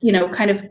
you know kind of